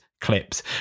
clips